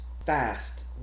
fast